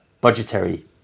budgetary